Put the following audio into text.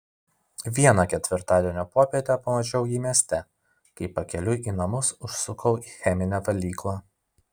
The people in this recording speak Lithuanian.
vieną ketvirtadienio popietę pamačiau jį mieste kai pakeliui į namus užsukau į cheminę valyklą